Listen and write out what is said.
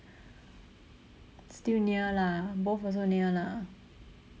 still near lah both also near lah